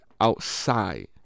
outside